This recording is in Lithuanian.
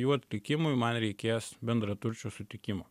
jų atlikimui man reikės bendraturčių sutikimo